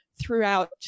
throughout